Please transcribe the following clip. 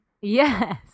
Yes